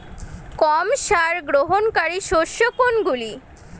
কম সার গ্রহণকারী শস্য কোনগুলি?